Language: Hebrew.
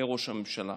לראש הממשלה?